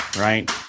right